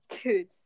dude